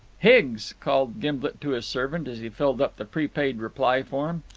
higgs, called gimblet to his servant, as he filled up the prepaid reply form,